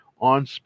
on